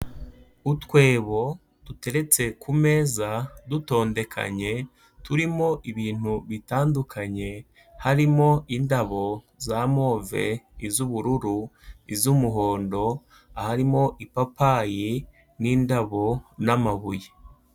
Utwebo duteretse ku meza, dutondekanye, turimo ibintu bitandukanye, harimo indabo za move, iz'ubururu, iz'umuhondo, harimo ipapayi n'indabo n'amabuye.